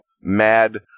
mad